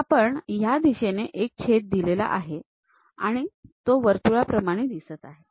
तर आपण या दिशेने एक छेद दिलेला आहे आणि तो वर्तुळाप्रमाणे दिसत आहे